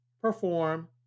perform